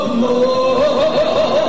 more